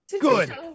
good